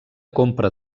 compra